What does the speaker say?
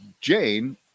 Jane